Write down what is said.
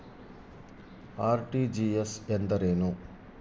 RTGS ಎಂದರೇನು?